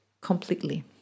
completely